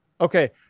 Okay